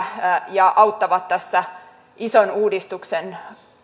ja auttavat tässä ison uudistuksen